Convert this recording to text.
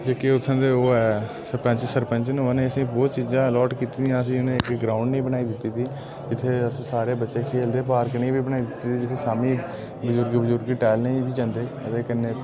जेह्के उ'त्थें दे ओह् ऐ सरपैंच सरपैंच न उ'नें असें ई बहोत चीज़ां अलाट कीती दियां उ'नें असें इक ग्राउंड नेही बनाई दित्ती दी जि'त्थें अस सारे बच्चे खेलदे पार्क नेही बी बनाई दित्ती जि'त्थें शामीं बजुरग बजुरग टैह्लने बी जंदे ते कन्नै